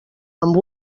amb